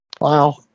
Wow